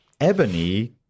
Ebony